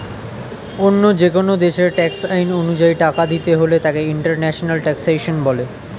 অন্য যেকোন দেশের ট্যাক্স আইন অনুযায়ী টাকা দিতে হলে তাকে ইন্টারন্যাশনাল ট্যাক্সেশন বলে